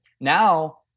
Now